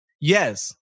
Yes